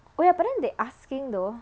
oh ya but then they asking though